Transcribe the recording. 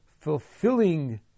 fulfilling